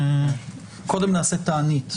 קודם נעשה תענית.